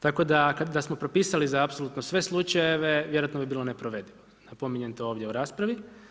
Tako da smo propisali za apsolutno sve slučajeve vjerojatno bi to bilo neprovedivo, napominjem to ovdje u raspravi.